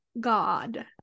god